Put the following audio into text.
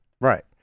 Right